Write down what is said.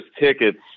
tickets